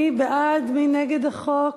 מי בעד ומי נגד החוק?